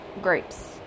grapes